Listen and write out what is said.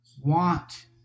want